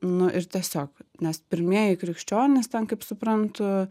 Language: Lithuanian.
nu ir tiesiog nes pirmieji krikščionys ten kaip suprantu